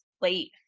late